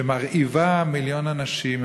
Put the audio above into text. שמרעיבה מיליון אנשים,